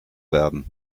werden